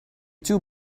two